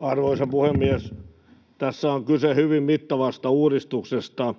Arvoisa puhemies! Tässä on kyse hyvin mittavasta uudistuksesta,